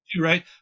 right